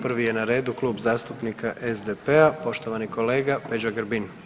Prvi je na redu Klub zastupnika SDP-a, poštovani kolega Peđa Grbin.